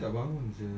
I layan ah